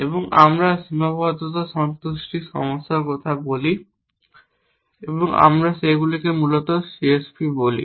এবং আমরা সীমাবদ্ধতা সন্তুষ্টি সমস্যার কথা বলি এবং আমরা সেগুলিকে মূলত CSP বলি